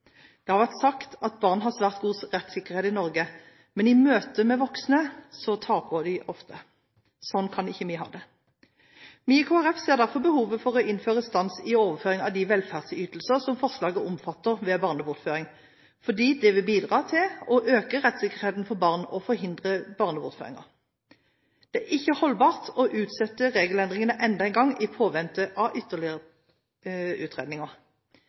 Det har vært sagt at barn har svært god rettssikkerhet i Norge, men i møte med voksne taper de ofte, og sånn kan vi ikke ha det. Vi i Kristelig Folkeparti ser derfor behovet for å innføre stans i overføringen av de velferdsytelser som forslaget omfatter, ved barnebortføringer, fordi det vil bidra til å øke rettssikkerheten for barn og forhindre barnebortføringer. Det er ikke holdbart å utsette regelendringene enda en gang i påvente av ytterligere utredninger.